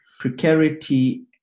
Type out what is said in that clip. precarity